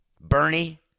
Bernie